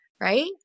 right